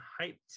hyped